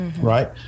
Right